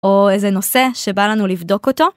או איזה נושא שבא לנו לבדוק אותו.